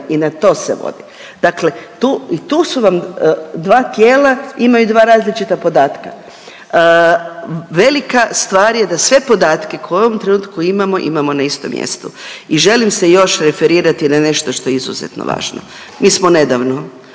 i na to se vodi. Dakle, tu i tu su vam dva tijela imaju dva različita podatka. Velika stvar je da sve podatke koje u ovom trenutku imamo imamo na istom mjestu. I želim se još referirati na nešto što je izuzetno važno. Mi smo nedavno